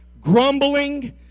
grumbling